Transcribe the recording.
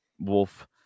wolf